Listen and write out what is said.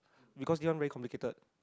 because this one very complicated